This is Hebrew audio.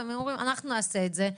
הם היו אומרים אנחנו נעשה את זה,